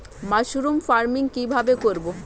Mushroom farming কি ভাবে করব?